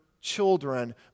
children